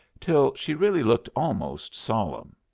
till she really looked almost solemn.